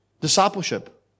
discipleship